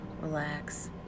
relax